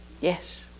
Yes